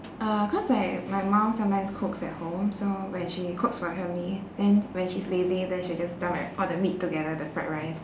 uh cause like my mum sometimes cooks at home so when she cooks for her and me then when she's lazy then she just dump like all the meat together with the fried rice